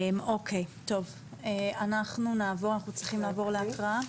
אנחנו נעבור להקראה.